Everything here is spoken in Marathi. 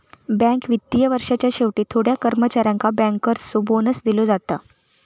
बँक वित्तीय वर्षाच्या शेवटी थोड्या कर्मचाऱ्यांका बँकर्सचो बोनस दिलो जाता